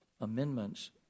amendments